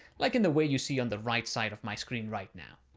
like in the way you see on the right side of my screen right now.